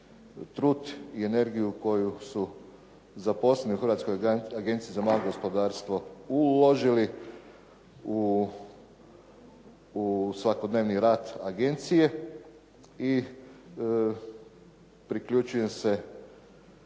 trud i energiju koju su zaposleni u Hrvatskoj agenciji za malo gospodarstvo uložili u svakodnevni rad agencije i priključujem se